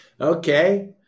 Okay